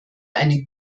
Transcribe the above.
eine